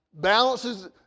balances